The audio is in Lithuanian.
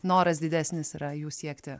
noras didesnis yra jų siekti